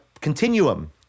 continuum